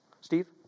Steve